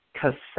cassette